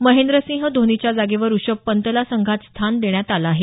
महेंद्रसिंह धोनीच्या जागेवर ऋषभ पंतला संघात स्थान देण्यात आलं आहे